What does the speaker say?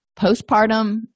postpartum